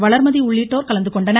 வளர்மதி உள்ளிட்டோர் கலந்துகொண்டனர்